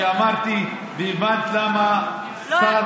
שאמרתי והבנת למה שר